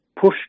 push